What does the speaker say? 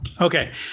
Okay